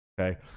Okay